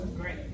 Great